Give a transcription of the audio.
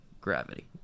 gravity